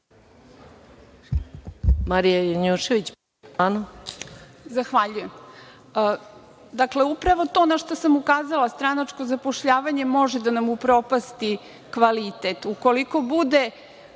**Marija Janjušević** Zahvaljujem. Dakle, upravo to na šta sam ukazala, stranačko zapošljavanje može da nam upropasti kvalitet. Ukoliko bude